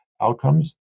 outcomes